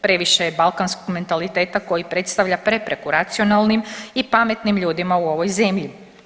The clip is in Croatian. Previše je balkanskog mentaliteta koji predstavlja prepreku racionalnim i pametnim ljudima u ovoj zemlji.